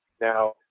Now